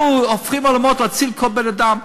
אנחנו הופכים עולמות להציל כל בן-אדם,